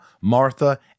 martha